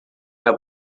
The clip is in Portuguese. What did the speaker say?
era